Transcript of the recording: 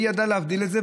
היא ידעה להבדיל את זה,